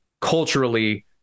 culturally